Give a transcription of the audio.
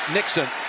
Nixon